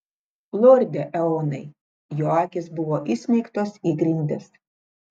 lorde eonai jo akys buvo įsmeigtos į grindis